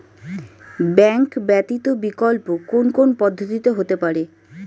Bank ব্যতীত বিকল্প কোন কোন পদ্ধতিতে হতে পারে?